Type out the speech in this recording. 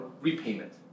repayment